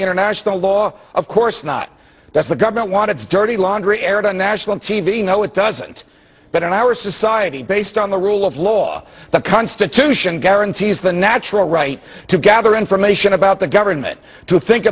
international law of course not that's the government wanted to dirty laundry aired on national t v no it doesn't but in our society based on the rule of law the constitution guarantees the natural right to gather information about the government to think